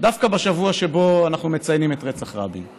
דווקא בשבוע שבו אנחנו מציינים את רצח רבין.